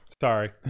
sorry